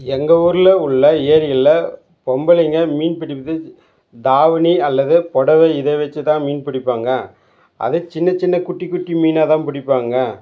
எங்கள் ஊரில் உள்ள ஏரியில் பொம்பளைங்கள் மீன் பிடிப்பதற்கு தாவணி அல்லது புடவ இதை வெச்சு தான் மீன் பிடிப்பாங்க அது சின்னச் சின்ன குட்டிக் குட்டி மீனாக தான் பிடிப்பாங்க